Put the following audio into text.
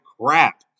crap